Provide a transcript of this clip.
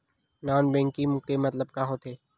Non banking के मतलब का होथे?